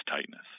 tightness